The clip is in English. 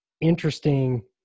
interesting